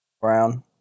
Brown